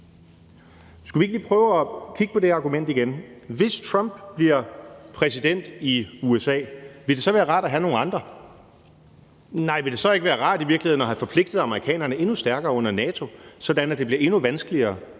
Skulle vi ikke lige prøve at kigge på det argument igen? Hvis Trump bliver præsident i USA igen, ville det så være rart at have nogle andre? Nej, ville det så i virkeligheden ikke være rart at have forpligtet amerikanerne endnu stærkere under NATO, sådan at det bliver endnu vanskeligere